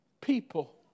people